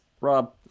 Rob